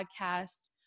podcast